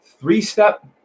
three-step